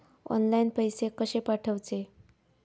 Online पैसे कशे पाठवचे?